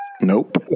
Nope